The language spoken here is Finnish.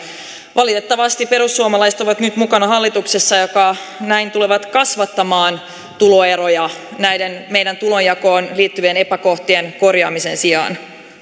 valitettavasti perussuomalaiset ovat nyt mukana hallituksessa joka näin tulee kasvattamaan tuloeroja näiden meidän tulonjakoon liittyvien epäkohtien korjaamisen sijaan